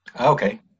Okay